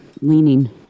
leaning